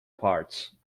parts